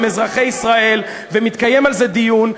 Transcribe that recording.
הם אזרחי ישראל ומתקיים על זה דיון,